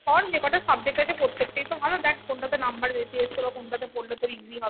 কর যে কটা সাবজেক্ট আছে প্রত্যেকটাই তো ভালো দেখ কোনটাতে নাম্বার বেশি এসেছে বা কোনটাতে পড়লে তোর ইজি হবে